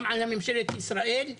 גם על ממשלת ישראל,